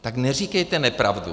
Tak neříkejte nepravdu.